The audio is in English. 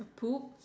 a poop